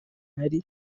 ari